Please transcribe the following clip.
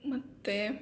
ಮತ್ತು